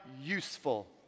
useful